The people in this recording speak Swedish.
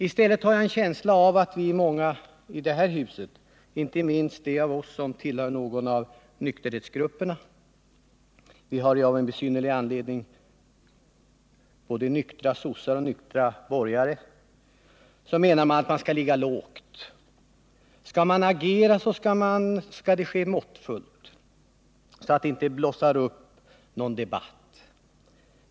Jag har en känsla av att många i det här huset, inte minst de av oss som tillhör någon av nykterhetsgrupperna — det finns ju av någon besynnerlig anledning både nyktra socialdemokrater och nyktra borgare — i stället menar att man skall ligga lågt. Skall man agera skall det ske måttfullt så att det inte blåser upp någon debatt.